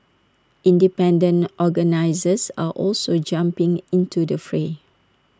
independent organisers are also jumping into the fray